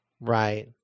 Right